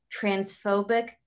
transphobic